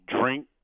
drink